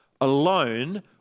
alone